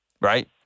right